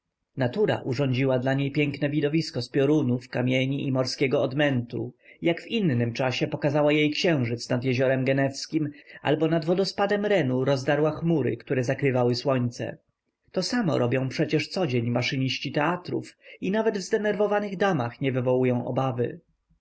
natura urządziła dla niej piękne widowisko z piorunów kamieni i morskiego odmętu jak w innym czasie pokazała jej księżyc nad jeziorem genewskiem albo nad wodospadem renu rozdarła chmury które zakrywały słońce to samo przecie robią codzień maszyniści teatrów i nawet w zdenerwowanych damach nie wywołują obawy